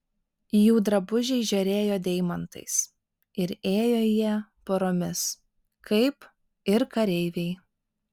jų drabužiai žėrėjo deimantais ir ėjo jie poromis kaip ir kareiviai